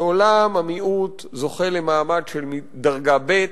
לעולם המיעוט זוכה למעמד של דרגה ב'.